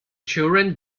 children